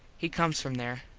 he comes from there.